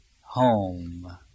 home